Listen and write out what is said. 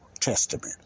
Testament